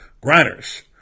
Grinders